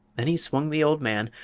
then he swung the old man,